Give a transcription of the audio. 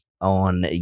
on